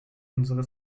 unsere